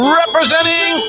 representing